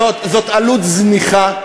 זו עלות זניחה.